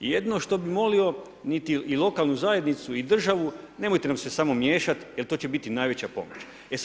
I jedino što bih molio i lokalnu zajednicu i državu, nemojte nam se samo miješat jer to će biti najveća pomoć.